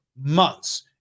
months